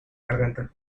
garganta